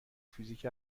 فیزیک